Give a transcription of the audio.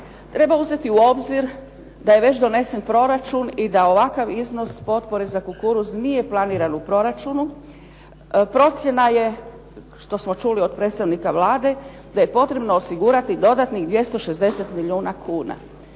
Treba uzeti u obzir da je već donesen proračun i da ovakav iznos potpore za kukuruz nije planiran u proračun. Procjena je, što smo čuli od predstavnika Vlade da je potrebno osigurati dodatnih 260 milijuna kuna.